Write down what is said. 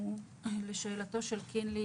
לשאלתו של קינלי,